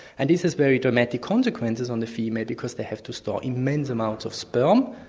and this has very dramatic consequences on the female because they have to store immense amounts of sperm,